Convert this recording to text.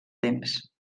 temps